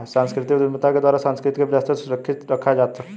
सांस्कृतिक उद्यमिता के द्वारा सांस्कृतिक विरासतों को सुरक्षित रखा जा सकता है